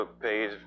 page